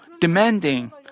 demanding